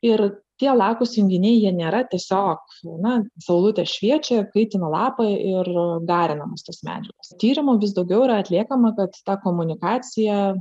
ir tie lakūs junginiai jie nėra tiesiog na saulutė šviečia kaitina lapą ir garinamos tos medžiagos tyrimų vis daugiau atliekama kad ta komunikacija